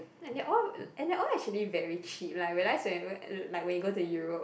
and they all and they all actually very cheap like I realise when uh like when you go to Europe